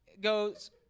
goes